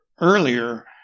earlier